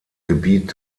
gebiet